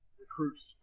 recruits